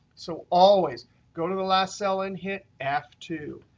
so always go to the last cell and hit f two.